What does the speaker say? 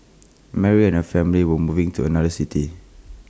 Mary and her family were moving to another city